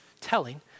telling